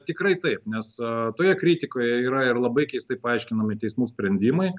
tikrai taip nes toje kritikoje yra ir labai keistai paaiškinami teismų sprendimai